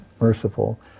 merciful